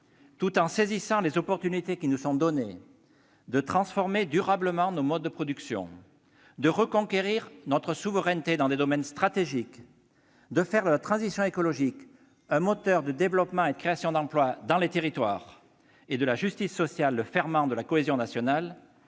tout en saisissant les opportunités qui nous sont données de transformer durablement nos modes de production, de reconquérir notre souveraineté dans des domaines stratégiques, de faire de la transition écologique un moteur de développement des territoires et de la justice sociale le ferment de la cohésion nationale,